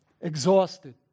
exhausted